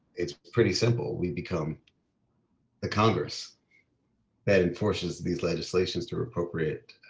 it's pretty simple, we become the congress that enforces these legislations to appropriate